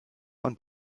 und